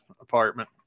apartment